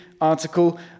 article